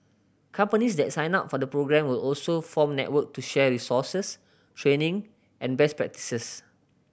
companies that sign up for the programme will also form network to share resources training and best practices